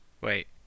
wait